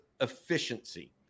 efficiency